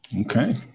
Okay